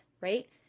right